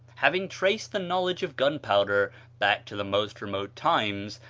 having traced the knowledge of gunpowder back to the most remote times,